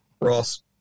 Ross